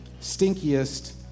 stinkiest